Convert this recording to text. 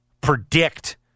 predict